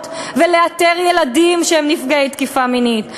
ולאתר ילדים שהם נפגעי תקיפה מינית,